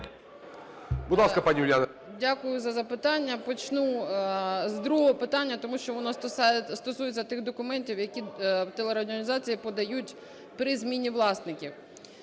Дякую за запитання. Почну з другого питання, тому що воно стосується тих документів, які телерадіоорганізації подають при зміні власників.